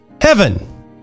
heaven